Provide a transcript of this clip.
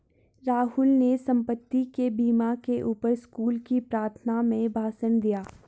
राहुल ने संपत्ति के बीमा के ऊपर स्कूल की प्रार्थना में भाषण दिया